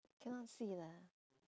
cannot see lah